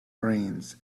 brains